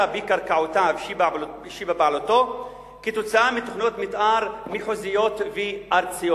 בקרקעותיו שבבעלותו כתוצאה מתוכניות מיתאר מחוזיות וארציות,